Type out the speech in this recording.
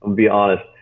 be honest.